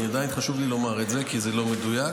עדיין חשוב לי לומר את זה, כי זה לא מדויק.